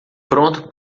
pronto